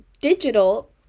digital